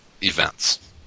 events